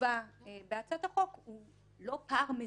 שכתובה בהצעת החוק אינו פער מזעזע,